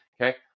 Okay